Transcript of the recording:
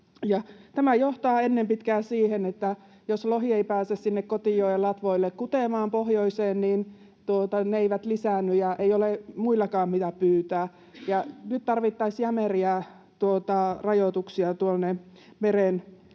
Tämä johtaa ennen pitkää siihen, että jos lohi ei pääse sinne kotijoen latvoille pohjoiseen kutemaan, niin ne eivät lisäänny ja ei ole muillakaan, mitä pyytää. Nyt tarvittaisiin jämeriä rajoituksia tuonne